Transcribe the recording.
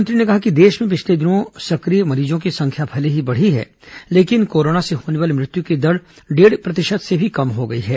उन्होंने कहा कि देश में पिछले दिनों सक्रिय मरीजों की संख्या भले ही बढ़ी है लेकिन कोरोना से होने वाली मृत्यु की दर डेढ़ प्रतिशत से भी कम है